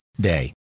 day